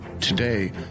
today